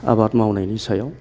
आबाद मावनायनि सायाव